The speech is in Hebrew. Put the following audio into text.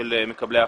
מקבלי ההחלטות.